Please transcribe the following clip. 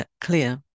clear